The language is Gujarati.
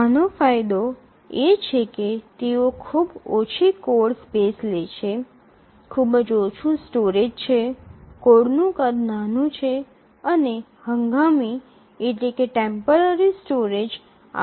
આનો ફાયદો એ છે કે તેઓ ખૂબ જ ઓછી કોડ સ્પેસ લે છે ખૂબ જ ઓછું સ્ટોરેજ છે કોડનું કદ નાનું છે અને હંગામી સ્ટોરેજ આવશ્યકતા પણ ખૂબ ઓછી છે